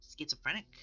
schizophrenic